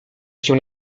się